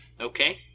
Okay